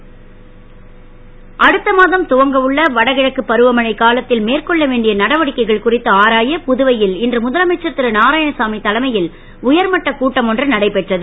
கூட்டம் அடுத்த மாதம் துவங்க உள்ள வடகிழக்கு பருவமழை காலத் ல் மேற்கொள்ள வேண்டிய நடவடிக்கைகள் குறித்து ஆராய புதுவை ல் இன்று முதலமைச்சர் ரு நாராயணசாமி தலைமை ல் உயர்மட்டக் கூட்டம் ஒன்று நடைபெற்றது